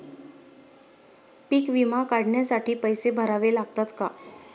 पीक विमा काढण्यासाठी पैसे भरावे लागतात का?